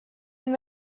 when